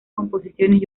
composiciones